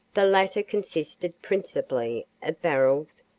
the latter consisted principally of barrels,